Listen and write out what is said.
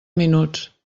minuts